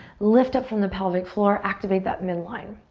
lift up from the pelvic floor, activate that midline.